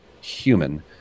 human